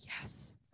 Yes